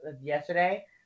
yesterday